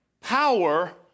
power